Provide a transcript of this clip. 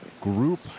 Group